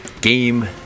Game